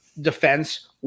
defense